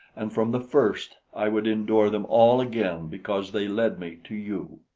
and from the first, i would endure them all again because they led me to you!